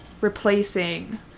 replacing